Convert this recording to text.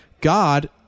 God